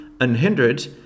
unhindered